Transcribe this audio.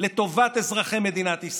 לטובת אזרחי מדינת ישראל,